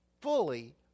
Fully